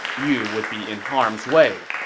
you would be in harm's way.